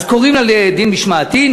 אז קוראים לה לדין משמעתי,